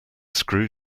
screw